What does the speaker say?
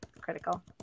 critical